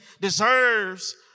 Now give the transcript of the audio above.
deserves